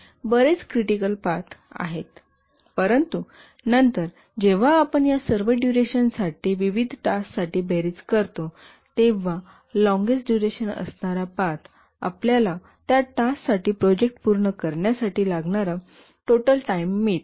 बरेच critical path आहेत परंतु नंतर जेव्हा आपण या सर्व डुरेशनसाठी विविध टास्क साठी बेरीज करतो तेव्हा लोंगेस्ट डुरेशन असणारा पाथ आपल्याला त्या टास्क साठी प्रोजेक्ट पूर्ण करण्यासाठी लागणारा टोटल टाईम मिळतो